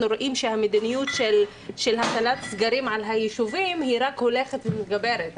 רואים שהמדיניות של הטלת סגרים על היישובים רק הולכת ומתגברת.